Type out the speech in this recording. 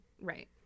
Right